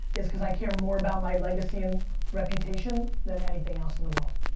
is because i care more about my legacy and reputation than anything else in the world.